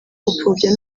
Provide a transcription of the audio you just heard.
gupfobya